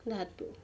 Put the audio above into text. ଧାତୁ